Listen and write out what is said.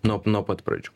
nuo nuo pat pradžių